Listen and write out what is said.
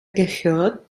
gehört